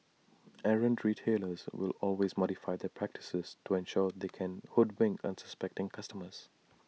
errant retailers will always modify their practices to ensure they can hoodwink unsuspecting consumers